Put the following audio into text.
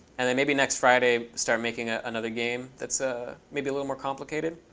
and then maybe next friday start making ah another game that's ah maybe a little more complicated.